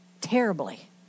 terribly